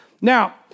Now